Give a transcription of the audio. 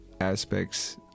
aspects